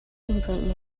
invent